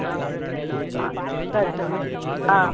ஆ ஆ சரி ஆ